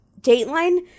dateline